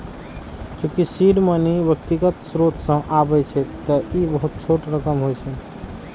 चूंकि seed money व्यक्तिगत स्रोत सं आबै छै, तें ई बहुत छोट रकम होइ छै